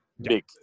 Big